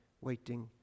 waiting